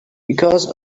because